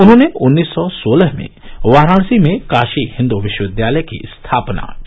उन्होंने उन्नीस सौ सोलह में वाराणसी में काशी हिंदू विश्वविद्यालय की स्थापना की